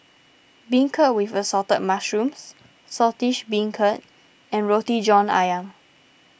Beancurd with Assorted Mushrooms Saltish Beancurd and Roti John Ayam